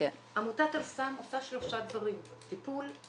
עמותת "אל סם" עושה שלושה דברים: טיפול,